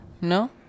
No